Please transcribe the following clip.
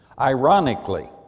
Ironically